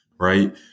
right